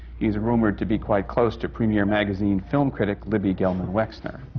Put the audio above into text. he is rumored to be quite close to premiere magazine film critic, libby gelman-waxner.